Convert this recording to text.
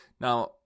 Now